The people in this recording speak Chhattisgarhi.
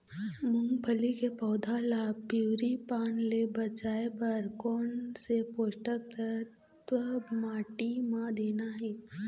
मुंगफली के पौधा ला पिवरी पान ले बचाए बर कोन से पोषक तत्व माटी म देना हे?